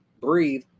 breathe